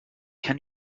can